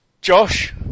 Josh